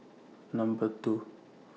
Number two